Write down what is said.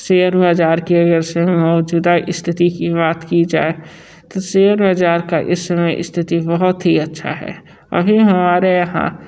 share बाज़ार के वैसे ही मौजूदा स्थिति की बात की जाए तो शेयर बाज़ार का इस समय स्थिति बहुत ही अच्छा है अभी हमारे यहाँ